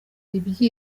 ibyo